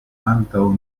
antaŭ